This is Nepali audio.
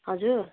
हजुर